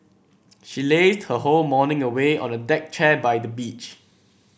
she lazed her whole morning away on a deck chair by the beach